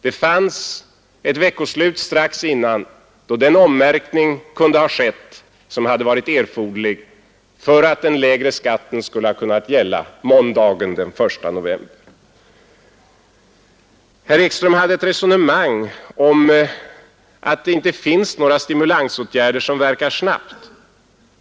Det fanns ett veckoslut strax innan, då den ommärkning kunde ha skett som hade varit erforderlig för att den lägre skatten skulle ha kunnat gälla måndagen den 1 november. Herr Ekström hade ett resonemang om att det inte finns några stimulansåtgärder som verkar snabbt.